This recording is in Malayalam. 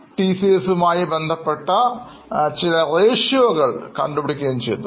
TCS അനുപാതങ്ങൾ കണക്കാക്കുകയും ചെയ്തു